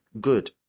good